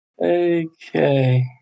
Okay